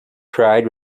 cried